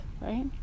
right